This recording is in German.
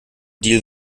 deal